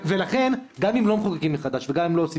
ולכן גם אם לא מחוקקים מחדש וגם אם לא עושים